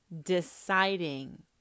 deciding